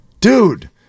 dude